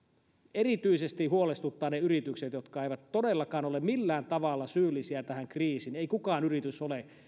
erityisesti huolestuttavat ne yritykset jotka eivät todellakaan ole millään tavalla syyllisiä tähän kriisiin ei mikään yritys ole